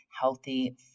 healthy